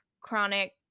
chronic